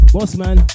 Bossman